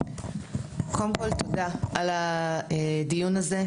קודם כל, תודה על הדיון הזה.